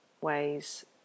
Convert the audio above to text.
ways